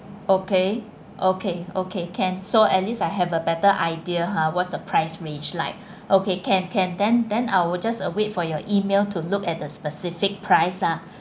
okay okay okay can so at least I have a better idea ha what's the price range like okay can can then then I will just uh wait for your email to look at the specific price ah